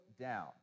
down